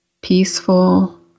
peaceful